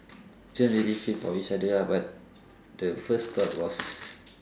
just really fit for each other ah but the first thought was